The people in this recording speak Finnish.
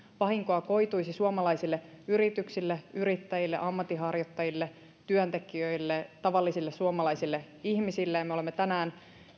vahinkoa koituisi suomalaisille yrityksille yrittäjille ammatinharjoittajille työntekijöille tavallisille suomalaisille ihmisille me olemme tänään